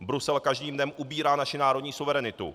Brusel každým dnem ubírá naši národní suverenitu.